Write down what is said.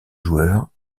joueurs